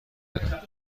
دیده